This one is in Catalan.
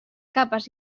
capes